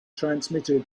transmitted